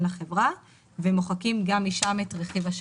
לחברה ומוחקים גם משם את רכיב השעות.